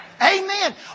Amen